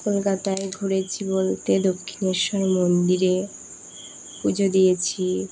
কলকাতায় ঘুরেছি বলতে দক্ষিণেশ্বর মন্দিরে পুজো দিয়েছি